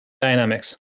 dynamics